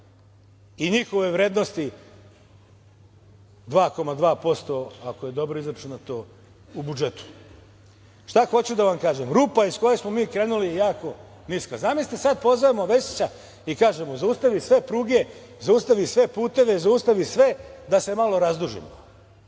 i njihove vrednosti 2,2%, ako je dobro izračunato u budžetu. Šta hoću da vam kažem? Rupa iz koje smo mi krenuli je jako niska. Zamislite sada pozovemo Vesića i kažemo mu – zaustavi sve pruge, zaustavi sve puteve, zaustavi sve da se malo razdužimo.